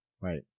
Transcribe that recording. Right